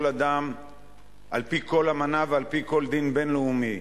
אדם על-פי כל אמנה ועל-פי כל דין בין-לאומי.